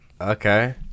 Okay